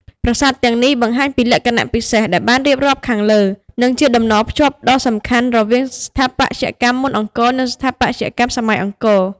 ប្រាសាទទាំងនេះបង្ហាញពីលក្ខណៈពិសេសដែលបានរៀបរាប់ខាងលើ និងជាតំណភ្ជាប់ដ៏សំខាន់រវាងស្ថាបត្យកម្មមុនអង្គរ និងស្ថាបត្យកម្មសម័យអង្គរ។